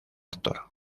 actor